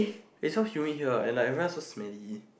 is sound shoot we here and like so smelly